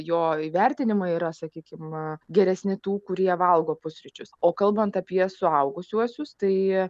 jo įvertinimai yra sakykim na geresni tų kurie valgo pusryčius o kalbant apie suaugusiuosius tai